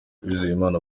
uwizeyimana